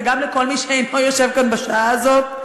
וגם לכל מי שאינו יושב כאן בשעה הזאת,